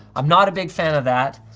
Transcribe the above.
i'm not a big fan of that.